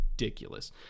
ridiculous